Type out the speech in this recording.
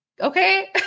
Okay